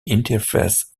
interface